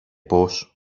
πώς